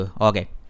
okay